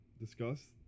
Discuss